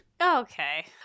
Okay